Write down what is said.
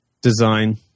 Design